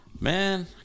Man